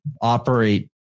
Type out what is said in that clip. operate